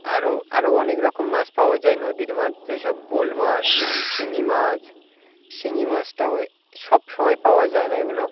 আরও আরও অনেক রকম মাছ পাওয়া যায় নদীর মাছ যেসব বোয়াল মাছ শিঙি মাছ শিঙি মাছটা ওই সবসময় পাওয়া যায় না এগুলো